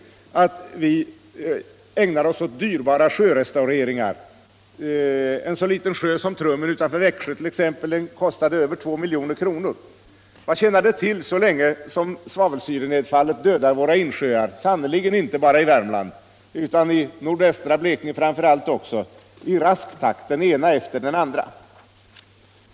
till att vi ägnar oss åt dyrbara sjörestaureringar — en så liten sjö som t.ex. Trummen utanför Växjö kostade över 2 milj.kr. — så länge som svavelsyrenedfallet, sannerligen inte bara i Värmland utan framför allt också i nordvästra Blekinge, i rask takt dödar våra insjöar, den ena efter den andra?